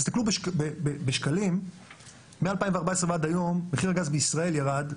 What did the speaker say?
תסתכלו בשקלים מ-2014 ועד היום מחיר הגז בישראל ירד,